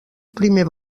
primer